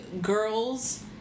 girls